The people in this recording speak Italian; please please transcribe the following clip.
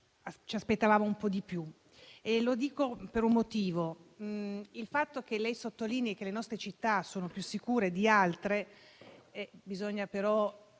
ci aspettavamo di più. Lo dico per un motivo. Lei sottolinea che le nostre città sono più sicure di altre; bisogna, però,